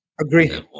Agree